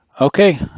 Okay